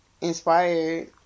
inspired